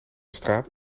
straat